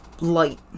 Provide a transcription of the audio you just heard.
light